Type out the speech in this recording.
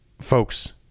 folks